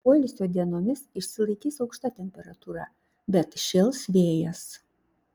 poilsio dienomis išsilaikys aukšta temperatūra bet šėls vėjas